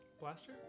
Blaster